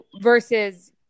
versus